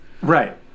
Right